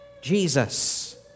Jesus